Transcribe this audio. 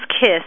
Kiss